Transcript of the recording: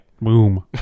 Boom